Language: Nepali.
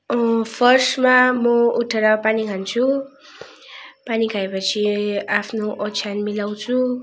फर्स्टमा म उठेर पानी खान्छु पानी खाए पछि आफ्नो ओछ्यान मिलाउँछु